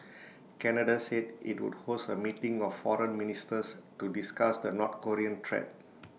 Canada said IT would host A meeting of foreign ministers to discuss the north Korean threat